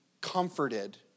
comforted